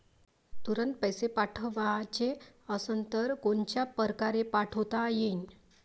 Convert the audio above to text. तुरंत पैसे पाठवाचे असन तर कोनच्या परकारे पाठोता येईन?